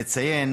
לציין